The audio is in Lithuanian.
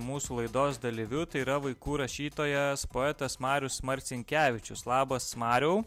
mūsų laidos dalyviu tai yra vaikų rašytojas poetas marius marcinkevičius labas mariau